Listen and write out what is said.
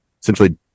essentially